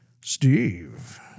Steve